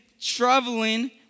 traveling